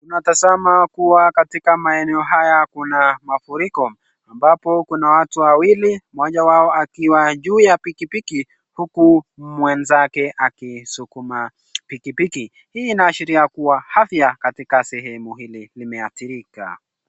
Tunatasama kuwa katika maeneo haya kuna mafuriko ambapo kuna watu wawili mmoja wao akiwa juu ya pikipiki huku mwenzake akisukuma pikipiki. Hii inaashiria kuwa afya katika sehemu hili limeathirika.